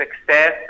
success